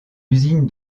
usine